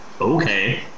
okay